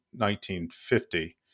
1950